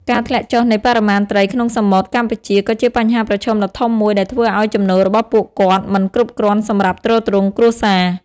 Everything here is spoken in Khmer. ការធ្លាក់ចុះនៃបរិមាណត្រីក្នុងសមុទ្រកម្ពុជា ក៏ជាបញ្ហាប្រឈមដ៏ធំមួយដែលធ្វើឱ្យចំណូលរបស់ពួកគាត់មិនគ្រប់គ្រាន់សម្រាប់ទ្រទ្រង់គ្រួសារ។